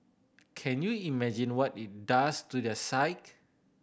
can you imagine what it does to their psyche